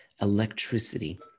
electricity